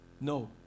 No